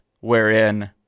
wherein